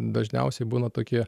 dažniausiai būna tokie